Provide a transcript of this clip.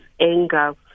anger